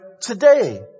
today